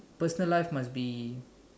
personal life must be